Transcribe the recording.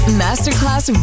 masterclass